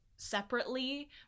separately